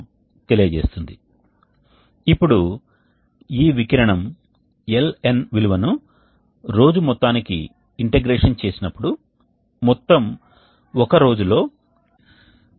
కానీ అదే సమయంలో పూర్తి ప్రక్రియ ఉంటుంది ఎందుకంటే వేడి మరియు శీతలీకరణ ఉంటుంది కాబట్టి అది చాలా పెద్ద వ్యవధిలో జరుగుతున్నట్లయితే సహజంగానే ప్రక్రియ సమయంలో మనకు మంచి మొత్తంలో ఉష్ణ మార్పిడి ఉండదు ఎందుకంటే ఉష్ణ బదిలీ రేటు అనేది మొత్తం ఉష్ణ బదిలీ మొత్తం ప్రక్రియ యొక్క సమయం తో భాగించబడుతుంది